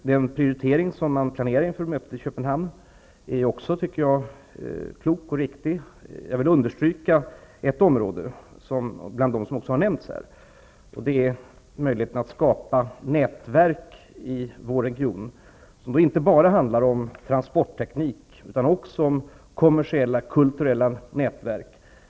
Den prioritering som planeras inför mötet i Köpenhamn är klok och riktig. Jag vill framhålla ett område bland dem som har nämnts. Det är möjligheten att skapa nätverk i vår region. Det handlar inte bara om transportteknik utan också om kommersiella och kulturella nätverk.